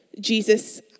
Jesus